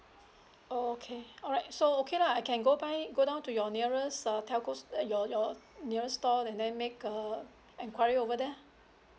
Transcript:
okay alright so okay lah I can go buy go down to your nearest uh telco at your your nearest store and then make a enquiry over there